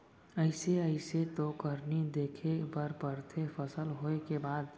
अइसे अइसे तो करनी देखे बर परथे फसल होय के बाद